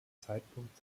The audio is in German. zeitpunkt